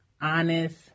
Honest